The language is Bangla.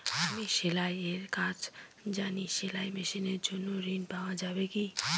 আমি সেলাই এর কাজ জানি সেলাই মেশিনের জন্য ঋণ পাওয়া যাবে কি?